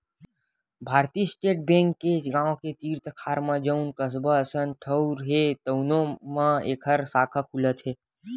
भारतीय state bank के गाँव के तीर तखार म जउन कस्बा असन ठउर हे तउनो म एखर साखा खुलत हे